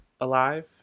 alive